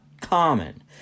common